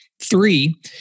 Three